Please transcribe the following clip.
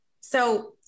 So-